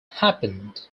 happened